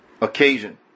occasion